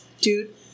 dude